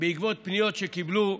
בעקבות פניות שקיבלו,